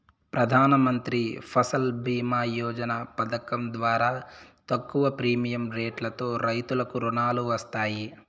ప్రధానమంత్రి ఫసల్ భీమ యోజన పథకం ద్వారా తక్కువ ప్రీమియం రెట్లతో రైతులకు రుణాలు వస్తాయి